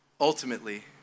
ultimately